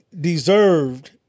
deserved